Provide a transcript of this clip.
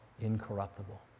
incorruptible